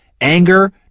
anger